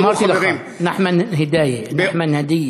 אמרתי לך, נחמן הדייה.